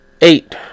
Eight